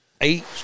eight